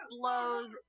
blows